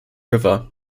river